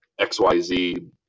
XYZ